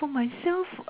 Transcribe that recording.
for myself